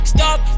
Stop